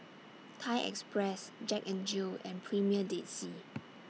Thai Express Jack N Jill and Premier Dead Sea